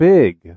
Big